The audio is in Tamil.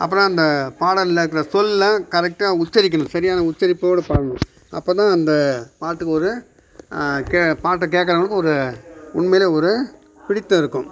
அப்புறம் அந்த பாடலில் இருக்கிற சொல்ல கரெக்டாக உச்சரிக்கணும் சரியான உச்சரிப்போடு பாடணும் அப்போ தான் அந்த பாட்டுக்கு ஒரு கே பாட்டை கேட்கறவனுக்கு ஒரு உண்மையிலேயே ஒரு பிடித்திருக்கும்